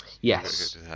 Yes